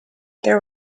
there